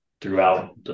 throughout